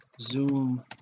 zoom